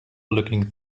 looking